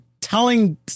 telling